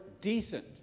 decent